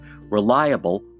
reliable